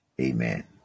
Amen